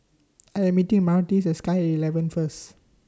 I Am meeting Myrtis At Sky At eleven First